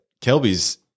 Kelby's